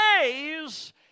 days